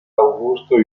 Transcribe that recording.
augusto